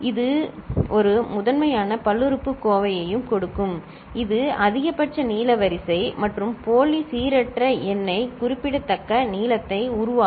இது ஒரு முதன்மையான பல்லுறுப்புக்கோவையும் கொடுக்கும் இது அதிகபட்ச நீள வரிசை மற்றும் போலி சீரற்ற எண்ணை குறிப்பிட்ட நீளத்தை உருவாக்கும்